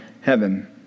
heaven